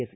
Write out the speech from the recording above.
S